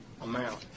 amount